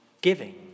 giving